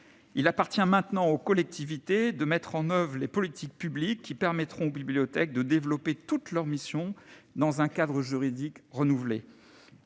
Il appartient maintenant aux collectivités de mettre en oeuvre les politiques publiques qui permettront aux bibliothèques de développer toutes leurs missions, dans un cadre juridique renouvelé.